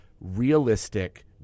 realistic